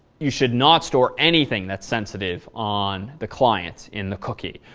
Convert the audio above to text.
you should not store anything that's sensitive on the client in the cookie.